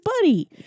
Buddy